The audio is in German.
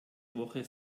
woche